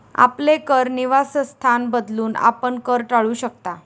आपले कर निवासस्थान बदलून, आपण कर टाळू शकता